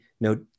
no